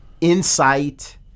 insight